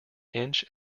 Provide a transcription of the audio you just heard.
inch